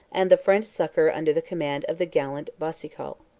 and the french succor under the command of the gallant boucicault.